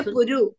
Puru